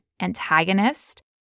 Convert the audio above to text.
antagonist